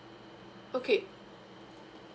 okay